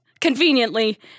conveniently